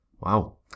wow